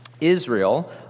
Israel